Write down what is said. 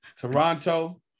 Toronto